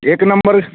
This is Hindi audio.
एक नम्बर